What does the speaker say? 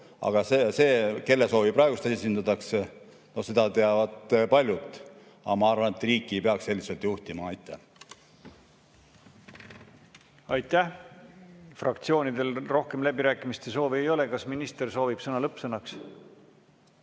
See, kelle soovi praegu esindatakse, seda teavad paljud. Aga ma arvan, et riiki ei peaks selliselt juhtima. Aitäh! Aitäh! Fraktsioonidel rohkem läbirääkimiste soovi ei ole. Kas minister soovib öelda lõppsõna?